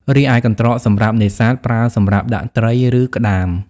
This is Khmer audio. រីឯកន្រ្តកសម្រាប់នេសាទប្រើសម្រាប់ដាក់ត្រី ឬក្ដាម។